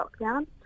lockdown